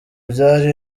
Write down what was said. byari